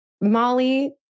Molly